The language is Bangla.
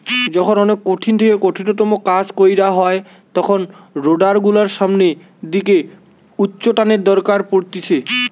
যখন অনেক কঠিন থেকে কঠিনতম কাজ কইরা হয় তখন রোডার গুলোর সামনের দিকে উচ্চটানের দরকার পড়তিছে